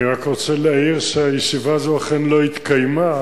אני רק רוצה להעיר שהישיבה הזאת אכן לא התקיימה,